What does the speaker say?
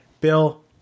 Bill